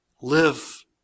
Live